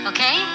Okay